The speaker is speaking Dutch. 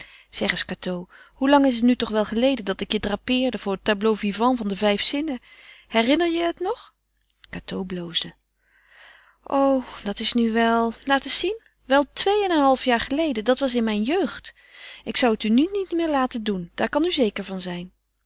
zeg eens cateau hoe lang is het nu toch wel geleden dat ik je drapeerde voor het tableau vivant van de vijf zinnen herinner je je het nog cateau bloosde o dat is nu wel laat eens zien wel twee en een half jaar geleden dat was in mijn jeugd ik zou het u nu niet meer laten doen daar kan u zeker van zijn